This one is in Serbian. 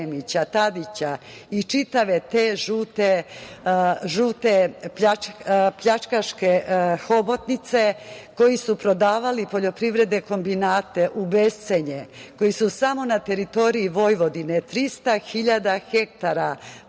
Tadića i čitave te žute pljačkaške hobotnice koji su prodavali poljoprivredne kombinate u bescenje, koji su samo na teritoriji Vojvodine 300.000 hektara plodne